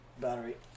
Battery